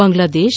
Bangladesh